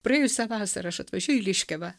praėjusią vasarą aš atvažiuoju į liškiavą